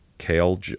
Kale